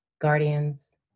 guardians